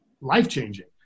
life-changing